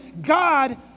God